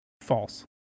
False